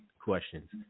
questions